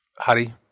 Harry